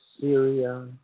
Syria